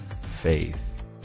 faith